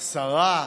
השרה,